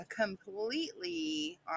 completely